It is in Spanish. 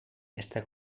esta